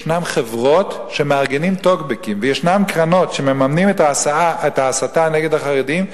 ישנן חברות שמארגנות טוקבקים וישנן קרנות שמממנות את ההסתה נגד החרדים,